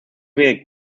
mir